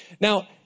Now